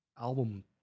album